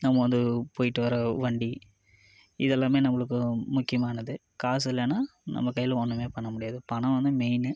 நம்ம வந்து போயிட்டு வர வண்டி இதெல்லாமே நம்மளுக்கு முக்கியமானது காசு இல்லைன்னா நம்ம கையில் ஒன்றுமே பண்ண முடியாது பணம் வந்து மெயினு